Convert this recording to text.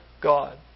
God